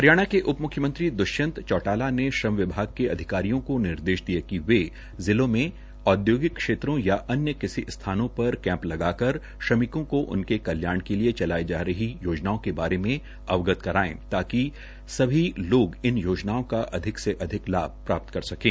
हरियाणा के उप मुख्यमंत्री दृष्यंत चौटाला ने श्रम विभाग के अधिकारिओं को निर्देश दिए कि वे जिलों में औद्योगिक क्षेत्रों या अन्य किसी स्थानों पर कैम्प लगाकर श्रमिकों को उनके कल्याण के लिए चलाई जा रही योजनाओं के बारे में अवगत करवाएं ताकि ऐसे सभी लोग इन योजनाओं का अधिक से अधिक लाभ प्राप्त कर सकें